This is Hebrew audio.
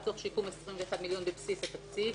לצורך שיקום 21 מיליון בבסיס התקציב.